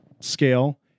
scale